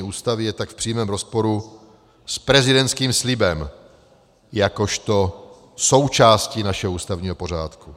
Ústavy je tak v přímém rozporu s prezidentským slibem jakožto součástí našeho ústavního pořádku.